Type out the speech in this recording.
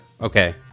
okay